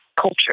culture